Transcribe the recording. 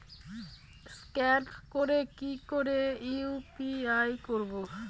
Scan করে কি করে ইউ.পি.আই করবো?